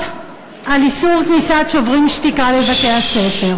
על איסור כניסת "שוברים שתיקה" לבתי-הספר,